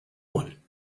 one